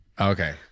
Okay